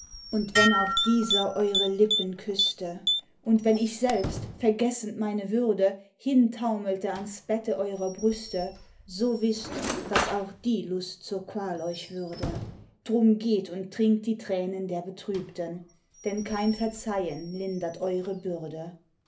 und wenn auch dieser eure lippen küßte und wenn ich selbst vergessend meine würde hintaumelte ans bette eurer brüste so wißt daß auch die lust zur qual euch würde drum geht und trinkt die tränen der betrübten denn kein verzeihen lindert eure bürde